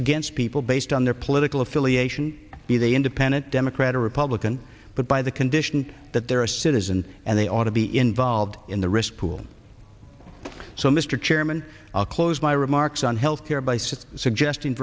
against people based on their political affiliation be they independent democrat or republican but by the condition that they're a citizen and they ought to be involved in the risk pool so mr chairman i'll close my remarks on health care by some suggesting